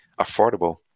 affordable